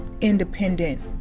independent